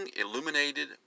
illuminated